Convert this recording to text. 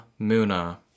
MUNA